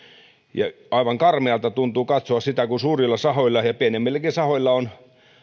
ja aivan karmealta tuntuu katsoa sitä kun suurilla sahoilla ja pienemmilläkin sahoilla on